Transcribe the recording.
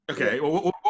Okay